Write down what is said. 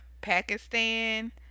Pakistan